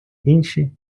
інші